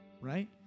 right